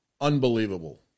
unbelievable